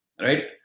right